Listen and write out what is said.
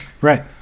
right